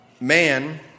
Man